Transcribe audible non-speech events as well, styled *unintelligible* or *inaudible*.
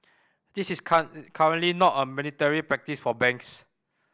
this is *unintelligible* *unintelligible* currently not a mandatory practice for banks